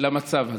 למצב הזה,